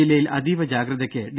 ജില്ലയിൽ അതീവ ജാഗ്രതക്ക് ഡി